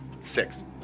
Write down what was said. Six